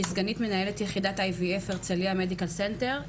שהיא סגנית מנהלת יחידת IVF בהרצליה מדיקל סנטר,